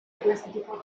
classificò